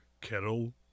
Kettle